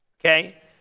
okay